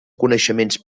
coneixements